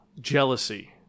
jealousy